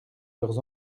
leurs